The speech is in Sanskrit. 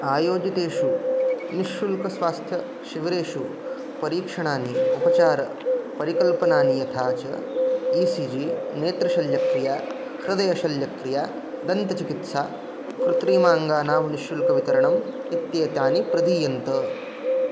आयोजितेषु निश्शुल्कस्वास्थ्यशिबिरेषु परीक्षणानि उपचारपरिकल्पनानि यथा च ई सी जी नेत्रशल्यक्रिया हृदयशल्यक्रिया दन्तचिकित्सा कृत्रिमाङ्गानां निश्शुल्कवितरणम् इत्येतानि प्रदीयन्ते